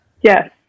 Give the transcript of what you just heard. Yes